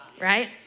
right